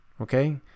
okay